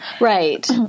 right